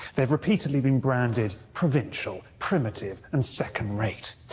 they've repeatedly been branded provincial, primitive, and second-rate.